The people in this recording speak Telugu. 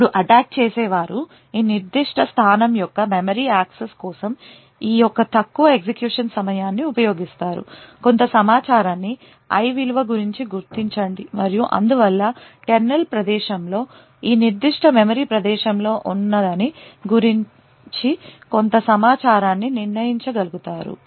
ఇప్పుడు అటాక్ చేసే వారు ఈ నిర్దిష్ట స్థానం యొక్క మెమరీ యాక్సెస్ కోసం ఈ యొక్క తక్కువ ఎగ్జిక్యూషన్ సమయాన్ని ఉపయోగిస్తారు కొంత సమాచారాన్ని i విలువ గురించి గుర్తించండి మరియు అందువల్ల కెర్నల్ ప్రదేశం లో ఈ నిర్దిష్ట మెమరీ ప్రదేశంలో ఉన్నదాని గురించి కొంత సమాచారాన్ని నిర్ణయించగలుగుతారు